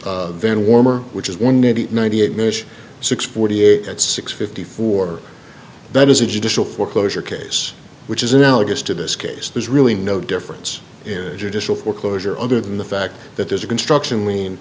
van warmer which is one nine hundred ninety eight nish six forty eight at six fifty four that is a judicial foreclosure case which is analogous to this case there's really no difference in judicial foreclosure other than the fact that there's a construction l